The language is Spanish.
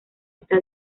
está